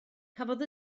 cafodd